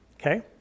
okay